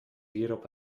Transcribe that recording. hierop